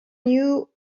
knew